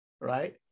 right